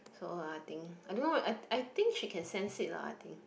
so I think I don't know eh I I think she can sense it lah I think